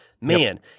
man